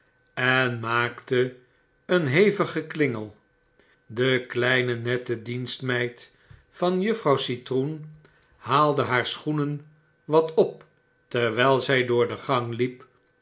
en maakte een hevig geklingel de kleine nette dienstmeid van juffrouw citroen haalde haar schoenen wat op terwfil zij door de gang liep